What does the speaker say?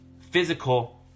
physical